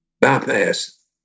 Bypass